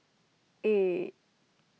eight